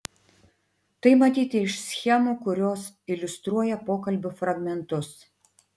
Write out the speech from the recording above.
tai matyti iš schemų kurios iliustruoja pokalbių fragmentus